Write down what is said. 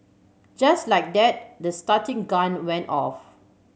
just like that the starting gun went off